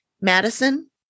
Madison